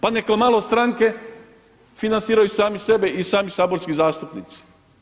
Pa neka malo stranke financiraju sami sebi i sami saborski zastupnici.